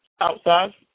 outside